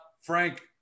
Frank